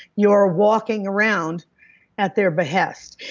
you're walking around at their behest,